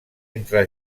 entre